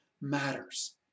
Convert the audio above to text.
matters